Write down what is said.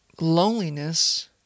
loneliness